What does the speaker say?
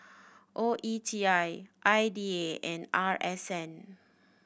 O E T I I D A and R S N